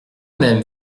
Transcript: même